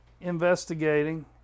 investigating